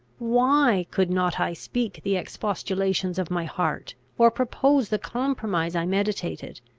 why could not i speak the expostulations of my heart, or propose the compromise i meditated?